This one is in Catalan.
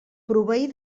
proveir